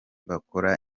bakora